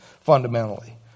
fundamentally